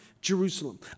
Jerusalem